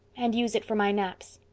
and use it for my naps.